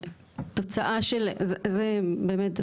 התוצאה של, זה, זה באמת.